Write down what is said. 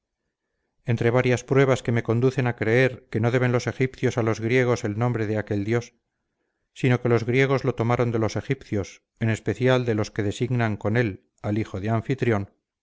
entre varias pruebas que me conducen a creer que no deben los egipcios a los griegos el nombre de aquel dios sino que los griegos lo tomaron de los egipcios en especial los que designan con él al hijo de anfitrión